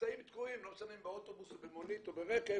נמצאים תקועים לא משנה אם באוטובוס או במונית או ברכב